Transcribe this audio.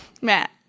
matt